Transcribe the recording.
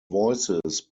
voices